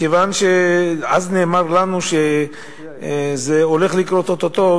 מכיוון שאז נאמר לנו שזה הולך לקרות או-טו-טו,